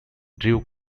drew